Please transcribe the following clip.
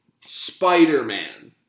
Spider-Man